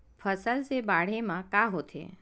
फसल से बाढ़े म का होथे?